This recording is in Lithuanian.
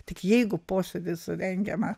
tik jeigu posėdis rengiamas